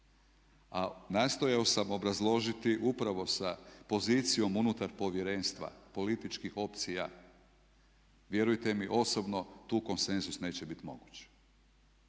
A nastojao sam obrazložiti upravo sa pozicijom unutar povjerenstva političkih opcija vjerujte mi osobno tu konsenzus neće biti moguć.